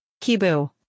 kibu